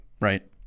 Right